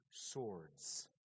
swords